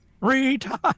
retire